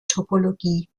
topologie